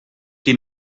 qui